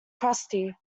crusty